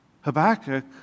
Habakkuk